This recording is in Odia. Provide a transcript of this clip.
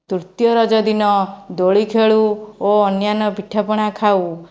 ତୃତୀୟ ରଜ ଦିନ ଦୋଳି ଖେଳୁ ଓ ଅନ୍ୟାନ୍ୟ ପିଠାପଣା ଖାଉ